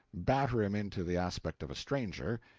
batter him into the aspect of a stranger,